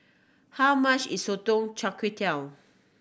how much is sotong char